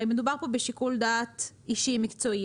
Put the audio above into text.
מדובר כאן בשיקול דעת אישי מקצועי.